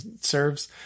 serves